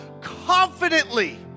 confidently